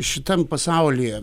šitam pasaulyje